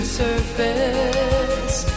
surface